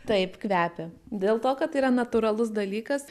taip kvepia dėl to kad yra natūralus dalykas